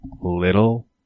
little